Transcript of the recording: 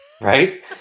right